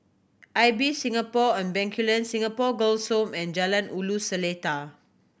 Ibis Singapore and Bencoolen Singapore Girls' Home and Jalan Ulu Seletar